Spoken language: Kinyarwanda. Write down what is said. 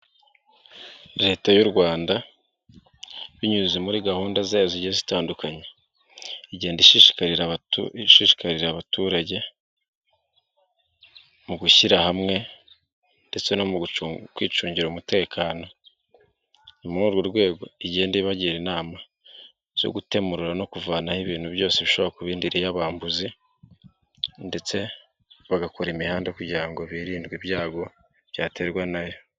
Leta y'u rwanda binyuze muri gahunda zayo zigiye zitandukanye igenda ishishikarira ishishikariza abaturage mu gushyira hamwe ndetse no kwingira umutekano, ni muri urwo rwego igenda ibagira inama zo gutemura no kuvanaho ibintu byose bishobora kuba indi y'abambuzi ndetse bagakora imihanda kugira ngo birindwe ibyabo byaterwa nayo.